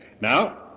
Now